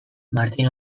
martin